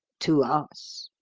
to us,